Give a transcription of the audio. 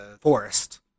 forest